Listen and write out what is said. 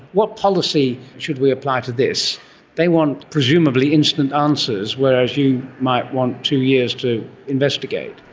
what policy should we apply to this they want presumably instant answers, whereas you might want two years to investigate,